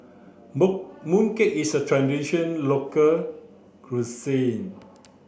mooncake is a tradition local cuisine